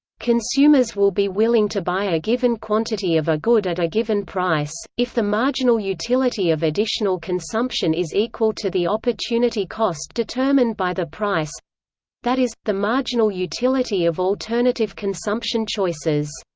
consumers will be willing to buy a given quantity of a good at a given price, if the marginal utility of additional consumption is equal to the opportunity cost determined by the price that is, the marginal utility of alternative alternative consumption choices.